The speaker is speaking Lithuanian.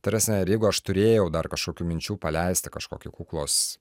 ta prasme ir jeigu aš turėjau dar kažkokių minčių paleisti kažkokį kuklos